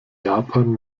japan